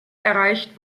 erreicht